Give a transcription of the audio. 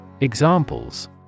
Examples